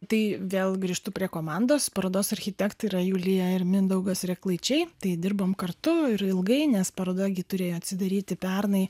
tai vėl grįžtu prie komandos parodos architektai yra julija ir mindaugas reklaičiai tai dirbom kartu ir ilgai nes paroda turėjo atsidaryti pernai